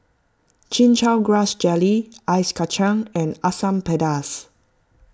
Chin Chow Grass Jelly Ice Kachang and Asam Pedas